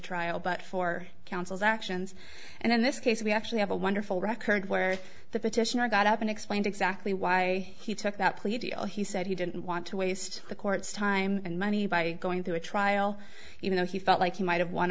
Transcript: trial but for counsel's actions and in this case we actually have a wonderful record where the petitioner got up and explained exactly why he took that plea deal he said he didn't want to waste the court's time and money by going through a trial even though he felt like he might have won